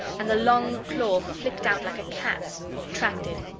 and the long claw flicked out like a cat's, retracted.